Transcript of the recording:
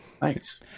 Thanks